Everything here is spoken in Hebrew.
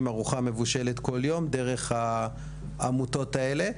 ארוחה מבושלת כל יום דרך העמותות האלה,